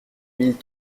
mille